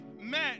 met